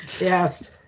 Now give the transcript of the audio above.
Yes